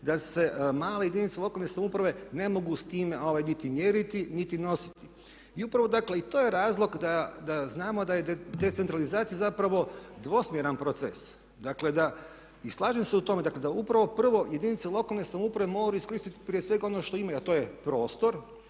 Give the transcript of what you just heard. da se male jedinice lokalne samouprave ne mogu s time niti mjeriti, niti nositi. I upravo dakle i to je razlog da znamo da je decentralizacija zapravo dvosmjeran proces. Dakle da i slažem se u tome, dakle da upravo prvo jedinice lokalne samouprave moraju iskoristiti prije svega ono što imaju a to je prostor,